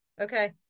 Okay